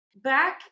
Back